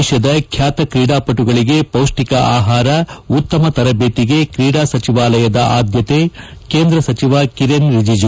ದೇಶದ ಖ್ಯಾತ ಕ್ರೀಡಾಪಟುಗಳಿಗೆ ಪೌಷ್ಟಿಕ ಆಹಾರ ಉತ್ತಮ ತರಬೇತಿಗೆ ಕ್ರೀಡಾ ಸಚಿವಾಲಯದ ಆದ್ದತೆ ಕೇಂದ್ರ ಸಚಿವ ಕಿರೆನ್ ರಿಜಿಜು